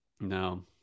No